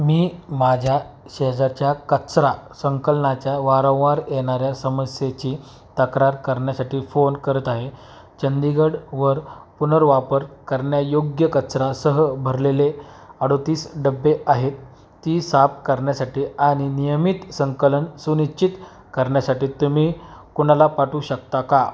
मी माझ्या शेजारच्या कचरा संकलनाच्या वारंवार येणाऱ्या समस्येची तक्रार करण्यासाठी फोन करत आहे चंदीगडवर पुनर्वापर करण्यायोग्य कचरासह भरलेले अडतीस डबे आहे ती साफ करण्यासाठी आणि नियमित संकलन सुनिश्चित करण्यासाठी तुम्ही कुणाला पाठवू शकता का